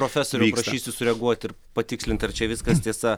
profesoriau prašysiu sureaguoti ir patikslint ar čia viskas tiesa